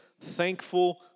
thankful